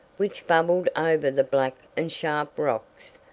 which bubbled over the black and sharp rocks,